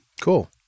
Cool